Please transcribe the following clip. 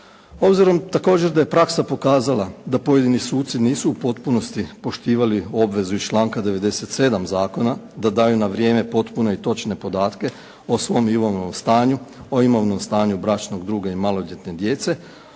Obzirom također da je praksa pokazala da pojedini suci nisu u potpunosti poštivali obvezu iz članka 97. zakona, da daju na vrijeme potpune i točne podatke o svom imovnom stanju, o imovnom stanju bračnog druga i maloljetne djece,